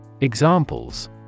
Examples